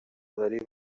داری